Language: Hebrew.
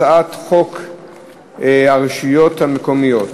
הצעת חוק פיקוח אלקטרוני על משוחררים